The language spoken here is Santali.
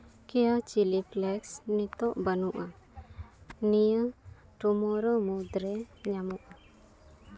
ᱠᱮᱭᱟ ᱪᱤᱞᱤ ᱯᱷᱞᱮᱠᱥ ᱱᱤᱛᱚᱜ ᱵᱟᱹᱱᱩᱜᱼᱟ ᱱᱤᱭᱟᱹ ᱴᱩᱢᱚᱨᱳ ᱢᱩᱫᱽᱨᱮ ᱧᱟᱢᱚᱜᱼᱟ